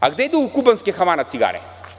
A gde idu kubanske „Havana“ cigare?